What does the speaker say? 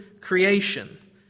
creation